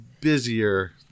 busier